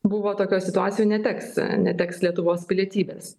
buvo tokioj situacijoj neteks neteks lietuvos pilietybės